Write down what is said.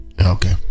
Okay